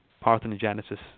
parthenogenesis